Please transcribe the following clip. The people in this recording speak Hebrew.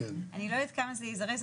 אני לא יודעת כמה זה יזרז,